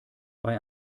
bei